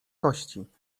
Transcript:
kości